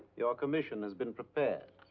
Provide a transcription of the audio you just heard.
your commission has been prepared.